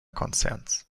konzerns